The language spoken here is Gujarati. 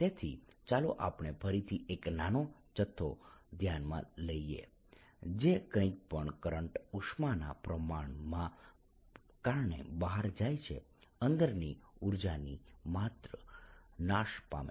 તેથી ચાલો આપણે ફરીથી એક નાનો જથ્થો ધ્યાનમાં લઈએ જે કંઇ પણ કરંટ ઉષ્માના પ્રમાણના કારણે બહાર જાય છે અંદરની ઊર્જાની માત્રા નાશ પામે છે